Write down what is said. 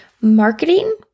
marketing